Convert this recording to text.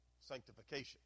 sanctification